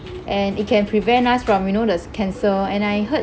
and it can prevent us from you know there's cancer and I heard